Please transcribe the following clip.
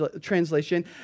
translation